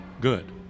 good